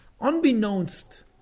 Unbeknownst